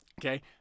Okay